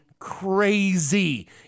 crazy